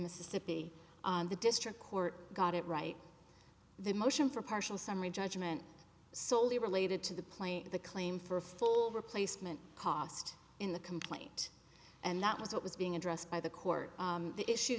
mississippi the district court got it right the motion for partial summary judgment solely related to the plane the claim for full replacement cost in the complaint and that was what was being addressed by the court the issue